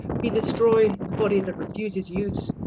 we destroy the body that refuses use.